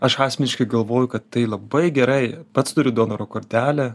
aš asmeniškai galvoju kad tai labai gerai pats turiu donoro kortelę